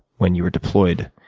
when you're deployed,